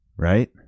right